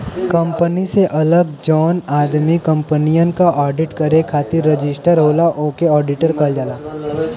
company से अलग जौन आदमी कंपनियन क आडिट करे खातिर रजिस्टर होला ओके आडिटर कहल जाला